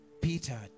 Peter